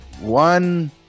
one